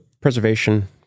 preservation